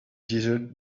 desert